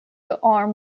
arm